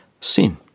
sin